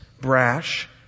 brash